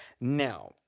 Now